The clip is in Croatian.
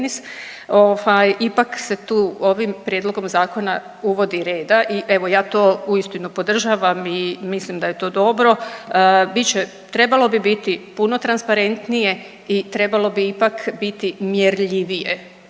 ipak se tu ovim prijedlogom zakona uvodi reda i evo ja to uistinu podržavam i mislim da je to dobro. Trebalo bi biti puno transparentnije i trebalo bi ipak biti mjerljivije